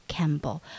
Campbell